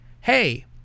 hey